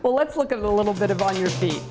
well let's look at a little bit of on your feet